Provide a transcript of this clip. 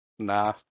nah